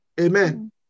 Amen